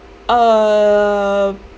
a